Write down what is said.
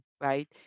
right